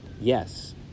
yes